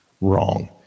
wrong